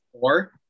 Four